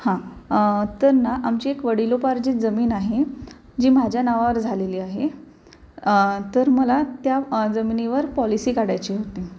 हां तर ना आमची एक वडिलोपार्जित जमीन आहे जी माझ्या नावावर झालेली आहे तर मला त्या जमिनीवर पॉलिसी काढायची होती